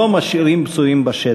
לא משאירים פצועים בשטח,